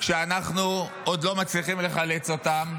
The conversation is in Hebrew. ואנחנו עוד לא מצליחים לחלץ אותם,